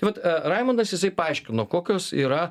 vat raimundas jisai paaiškino kokios yra